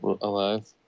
Alive